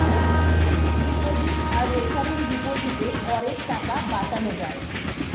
fixed deposit আর recurring ডিপোজিটে করের টাকা বাঁচানো যায়